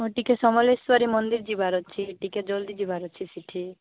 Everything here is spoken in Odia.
ଟିକେ ସମଲେଶ୍ୱରୀ ମନ୍ଦିର ଯିବାର ଅଛି ଟିକେ ଜଲ୍ଦି ଯିବାର ଅଛି ସେଠି